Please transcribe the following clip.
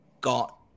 got